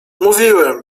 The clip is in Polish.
mówiłem